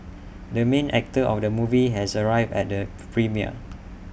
the main actor of the movie has arrived at the premiere